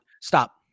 Stop